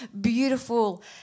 beautiful